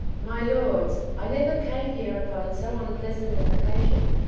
my lords i never came here upon so unpleasant an occasion,